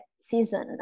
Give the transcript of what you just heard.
season